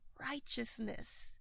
righteousness